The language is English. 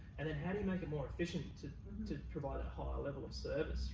and then how do you make it more efficient to to provide a higher level of service?